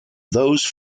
those